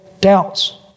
doubts